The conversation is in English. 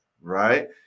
right